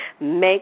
Make